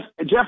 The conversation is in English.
Jeff